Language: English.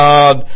God